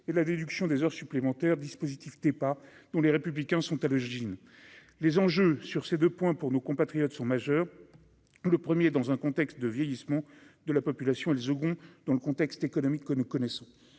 et la déduction des heures supplémentaires, dispositif Tepa dont les républicains sont à l'origine, les enjeux sur ces 2 points pour nos compatriotes sont majeurs, le 1er dans un contexte de vieillissement de la population et le second dans le contexte économique que nous connaissons,